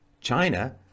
China